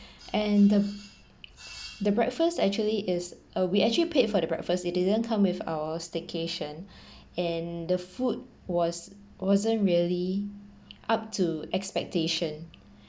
and the the breakfast actually is uh we actually paid for the breakfast it didn't come with our staycation and the food was wasn't really up to expectation